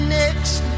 next